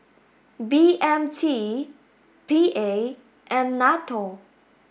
B M T P A and NATO